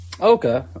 okay